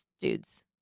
dudes